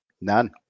None